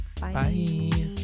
Bye